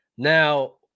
Now